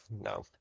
no